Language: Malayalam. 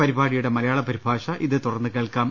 പരിപാ ടിയുടെ മലയാള പരിഭാഷ ഇതേ തുടർന്ന് കേൾക്കാം